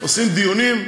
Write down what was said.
עושים דיונים,